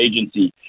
Agency